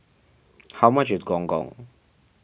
how much is Gong Gong